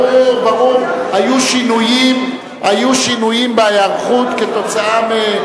היו שינויים בהיערכות כתוצאה,